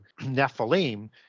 Nephilim